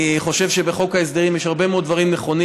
אני חושב שבחוק ההסדרים יש הרבה מאוד דברים נכונים.